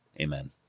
amen